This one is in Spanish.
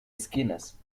esquinas